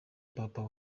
papa